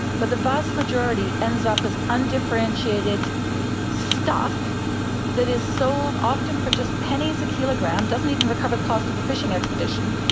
but the vast majority ends up as undifferentiated stuff that is sold often for just pennies a kilogram, doesn't even recover the cost of the fishing expedition,